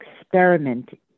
experiment